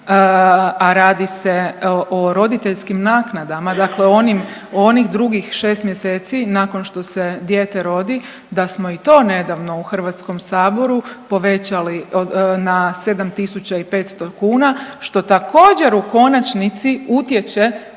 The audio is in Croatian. a radi se o roditeljskim naknadama, dakle onih drugih šest mjeseci nakon što se dijete rodi da smo i to nedavno u Hrvatskom saboru povećali na 7500 kuna što također u konačnici utječe